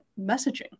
messaging